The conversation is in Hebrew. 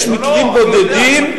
יש מקרים בודדים,